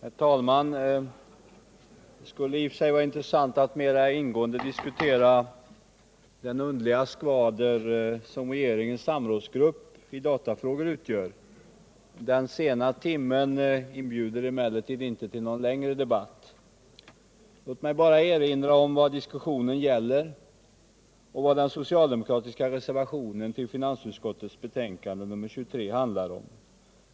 Herr talman! Det vore intressant att mer ingående diskutera den underliga skvader som regeringens samrådsgrupp i datafrågor utgör. Den sena timmen inbjuder emellertid inte till någon längre debatt. Jag vill bara erinra om vad diskussionen gäller och vad den socialdemokratiska reservationen till finansutskottets betänkande nr 23 handlar om.